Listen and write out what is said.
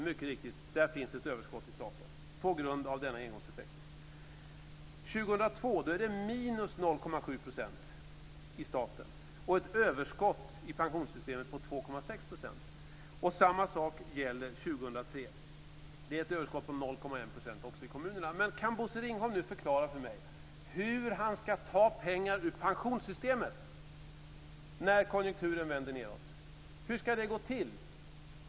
Och mycket riktigt, där finns det ett överskott i staten på grund av denna engångseffekt. År 2002 är det minus 0,7 % i staten och ett överskott i pensionssystemet på 2,6 %. Samma sak gäller år 2003. Det är ett överskott på 0,1 % också i kommunerna. Men kan Bosse Ringholm nu förklara för mig hur han ska ta pengar ur pensionssystemet när konjunkturen vänder nedåt? Hur ska det gå till?